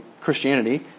Christianity